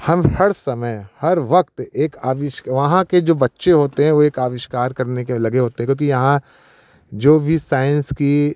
हम हर समय हर वक्त एक आविष वहाँ के जो बच्चे होते हैं वो एक आविष्कार करने के लगे होते हैं क्योंकि यहाँ जो भी साइंस की